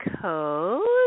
code